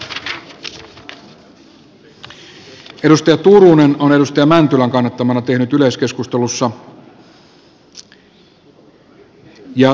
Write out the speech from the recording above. hallituksen toimettomuuden politiikka on johtamassa hyvinvointiyhteiskunnan ytimeen ulottuviin ja